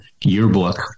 yearbook